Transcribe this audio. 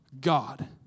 God